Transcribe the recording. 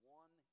one